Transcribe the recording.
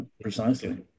precisely